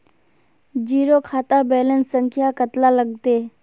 Zero खाता balance संख्या कतला लगते?